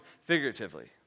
figuratively